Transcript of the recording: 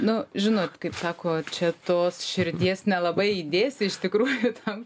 nu žinot kaip sako čia tos širdies nelabai įdėsi iš tikrųjų tam